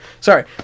Sorry